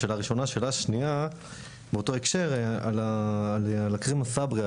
שאלה שנייה באותו הקשר על מאקרמה סברי,